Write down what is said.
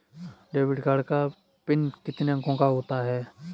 Debit card का PIN कितने अंकों का होता है?